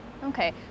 Okay